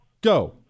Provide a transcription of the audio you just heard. go